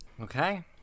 Okay